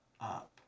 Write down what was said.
up